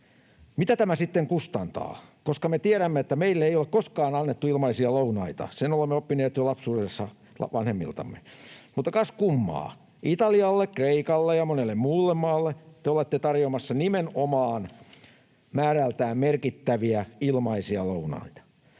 Mitä tämä sitten kustantaa? Nimittäin me tiedämme, että meille ei ole koskaan annettu ilmaisia lounaita, sen olemme oppineet jo lapsuudessa vanhemmiltamme. Mutta kas kummaa, Italialle, Kreikalle ja monelle muulle maalle te olette tarjoamassa nimenomaan määrältään merkittäviä ilmaisia lounaita.